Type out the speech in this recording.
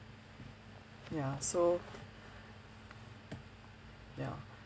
ya so ya